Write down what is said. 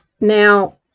Now